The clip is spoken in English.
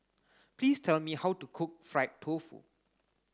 please tell me how to cook fried tofu